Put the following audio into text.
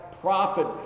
prophet